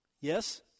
Yes